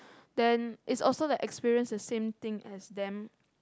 then is also the experience the same thing as them